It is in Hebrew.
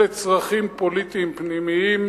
אלה צרכים פוליטיים פנימיים,